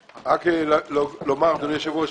משרד האוצר ירושלים הנדון: אישור מוסדות